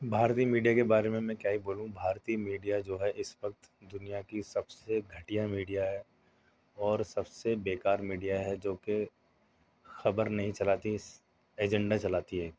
بھارتیہ media کے بارے میں میں کیا ہی بولوں بھارتی میڈیا جو ہے اس وقت دنیا کی سب سے گھٹیا میڈیا ہے اور سب سے بیکار میڈیا ہے جو کہ خبر نہیں چلاتی ایجنڈا چلاتی ہے